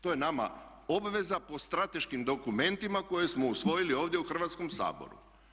To je nama obveza po strateškim dokumentima koje smo usvojili ovdje u Hrvatskom saboru.